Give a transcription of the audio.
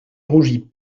rougis